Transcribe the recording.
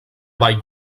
vall